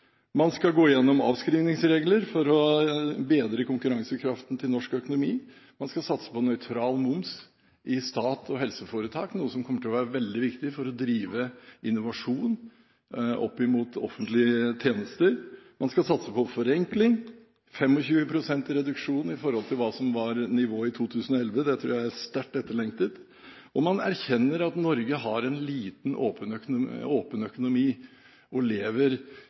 Man skal gå gjennom avskrivningsregler for å bedre konkurransekraften til norsk økonomi. Man skal satse på nøytral moms i stats- og helseforetak, noe som kommer til å være veldig viktig for å drive innovasjon opp mot offentlige tjenester. Man skal satse på forenkling – 25 pst. reduksjon i forhold til hva som var nivået i 2011. Det tror jeg er sterkt etterlengtet. Og man erkjenner at Norge har en liten, åpen økonomi, og